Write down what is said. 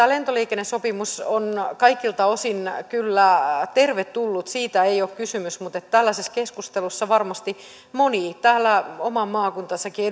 lentoliikennesopimus on kaikilta osin kyllä tervetullut siitä ei ole kysymys mutta tällaisessa keskustelussa varmasti moni omaa maakuntaansakin